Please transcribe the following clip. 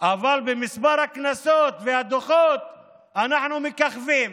אבל במספר הקנסות והדוחות אנחנו מככבים?